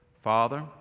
Father